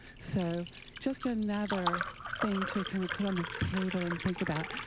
so just another thing to kind of put on the table and think about.